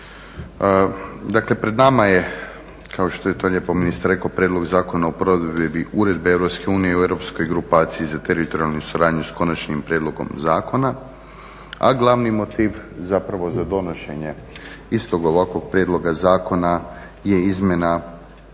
Dakle, pred nama je, kao što je to lijepo ministar rekao, Prijedlog zakona o provedbi uredbe EU o Europskoj grupaciji za teritorijalnu suradnju s konačnim prijedlogom zakona, a glavni motiv zapravo za donošenje istog ovakvog prijedloga zakona je izmjena